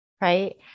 right